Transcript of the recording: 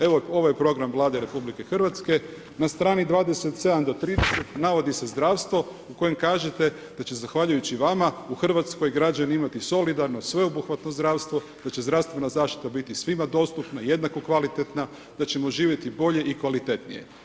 Evo, ovo je program Vlade RH, na strani 27-30 navodi se zdravstvo u kojem kažete da će zahvaljujući vama u Hrvatskoj građani imati solidarno sveobuhvatno zdravstvo, da će zdravstvena zaštita biti svima dostupna, jednako kvalitetna, da ćemo živjeti bolje i kvalitetnije.